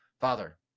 Father